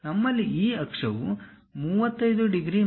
ನಮ್ಮಲ್ಲಿ ಈ ಅಕ್ಷವು 30 ಡಿಗ್ರಿ ಮತ್ತು ಇದು ಆರ್ಥೋಗೋನಲ್ ಆಗಿದೆ